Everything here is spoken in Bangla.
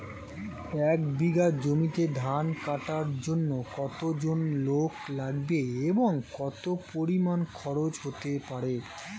এক বিঘা জমিতে ধান কাটার জন্য কতজন লোক লাগবে এবং কত পরিমান খরচ হতে পারে?